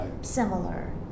similar